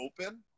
open